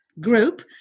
group